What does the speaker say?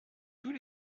tous